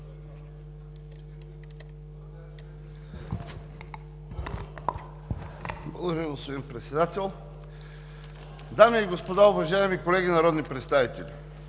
Благодаря, господин Председател. „Дами и господа, уважаеми колеги народни представители!